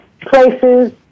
places